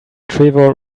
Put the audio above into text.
trevor